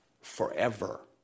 forever